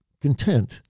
content